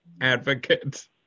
advocate